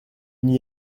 n’y